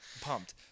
Pumped